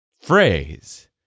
phrase